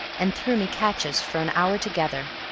and threw me catches for an hour together.